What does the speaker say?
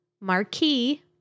Marquee